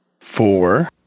four